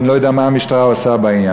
ואני לא יודע מה המשטרה עושה בעניין.